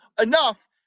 enough